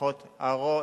אבל הרוב,